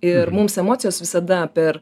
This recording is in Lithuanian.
ir mums emocijos visada per